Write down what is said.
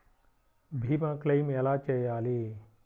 భీమ క్లెయిం ఎలా చేయాలి?